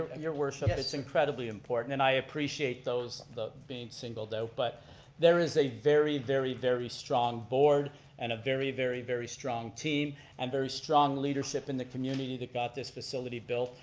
and your worship, it's incredibly important, and i appreciate those being singled out, but there is a very, very, very strong board and a very, very, very strong team and very strong leadership in the community that got this facility built.